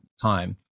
time